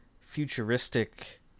futuristic